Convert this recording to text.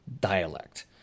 dialect